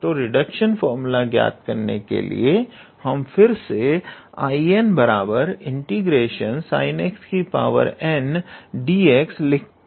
तो reduction formula ज्ञात करने के लिए हम फिर से 𝐼𝑛 ∫ 𝑠𝑖𝑛𝑛𝑥dx लिख सकते हैं